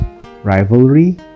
rivalry